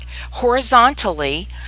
horizontally